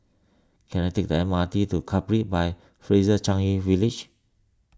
can I take the M R T to Capri by Fraser Changi relish